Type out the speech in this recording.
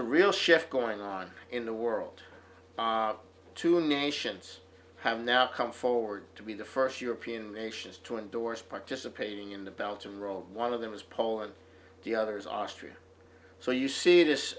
a real shift going on in the world two nations have now come forward to be the first european nations to endorse participating in the belgium role one of them is poland the others austria so you see this